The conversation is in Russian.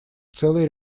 целый